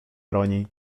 broni